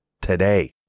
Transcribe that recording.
today